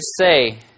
say